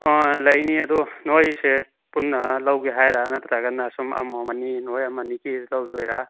ꯑꯣ ꯂꯩꯅꯤ ꯑꯗꯨ ꯅꯣꯏꯁꯦ ꯄꯨꯟꯅ ꯂꯧꯒꯦ ꯍꯥꯏꯔꯥ ꯅꯠꯇ꯭ꯔꯒꯅ ꯁꯨꯝ ꯑꯃꯃꯝ ꯑꯅꯤ ꯅꯣꯏ ꯑꯃꯅꯤ ꯄꯤꯁ ꯂꯧꯗꯣꯏꯔꯥ